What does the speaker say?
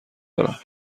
دارم